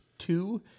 Two